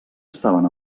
estaven